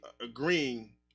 agreeing